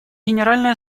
генеральной